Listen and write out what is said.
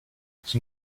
sous